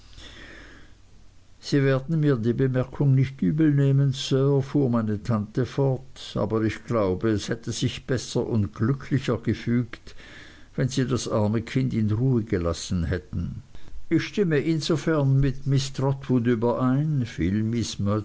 sie werden mir die bemerkung nicht übel nehmen sir fuhr meine tante fort aber ich glaube es hätte sich besser und glücklicher gefügt wenn sie das arme kind in ruhe gelassen hätten ich stimme insofern mit miß trotwood überein fiel miß